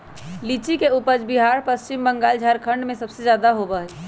लीची के उपज बिहार पश्चिम बंगाल झारखंड में सबसे ज्यादा होबा हई